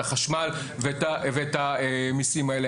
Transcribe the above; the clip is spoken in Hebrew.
את החשמל ואת המיסים האלה?